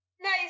Nice